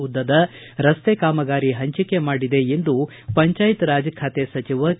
ಉದ್ದದ ರಸ್ತೆ ಕಾಮಗಾರಿ ಹಂಚಿಕೆ ಮಾಡಿದೆ ಎಂದು ಪಂಚಾಯತ್ ರಾಜ್ ಖಾತೆ ಸಚಿವ ಕೆ